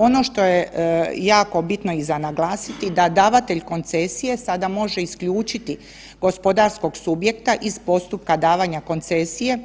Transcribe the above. Ono što je jako bitno i za naglasiti da davatelj koncesije sada može isključiti gospodarskog subjekta iz postupka davanja koncesije,